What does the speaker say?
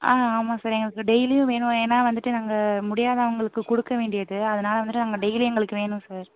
ஆ ஆமாம் சார் எங்களுக்கு டெய்லியும் வேணும் ஏன்னால் வந்துட்டு நாங்கள் முடியாதவங்களுக்கு கொடுக்க வேண்டியது அதனால் வந்துட்டு நாங்கள் டெய்லியும் எங்களுக்கு வேணும் சார்